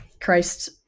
Christ